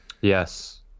Yes